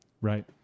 right